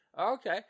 Okay